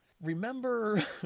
remember